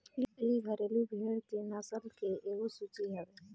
इ घरेलु भेड़ के नस्ल के एगो सूची हवे